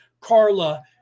Carla